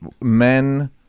men